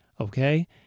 Okay